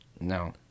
No